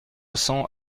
cents